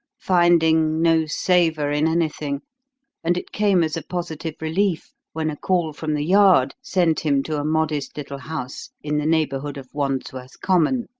finding no savour in anything and it came as a positive relief when a call from the yard sent him to a modest little house in the neighbourhood of wandsworth common.